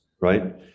Right